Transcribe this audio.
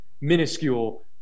minuscule